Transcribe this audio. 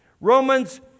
Romans